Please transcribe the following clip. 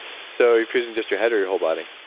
so, are you freezing just your head, or your whole body?